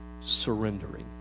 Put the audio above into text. surrendering